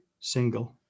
single